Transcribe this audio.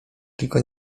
tylko